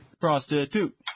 Prostitute